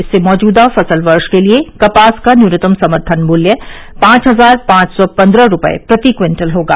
इससे मौजूदा फसल वर्ष के लिए कपास का न्यूनतम समर्थन मूल्य पांच हजार पांच सौ पन्द्रह रुपये प्रति क्विंटल होगा